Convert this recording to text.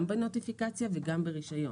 גם בנוטפיקציה וגם ברישיון.